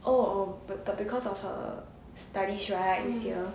oh oh but because of her studies right next year